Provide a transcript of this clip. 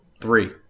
Three